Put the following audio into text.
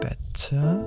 Better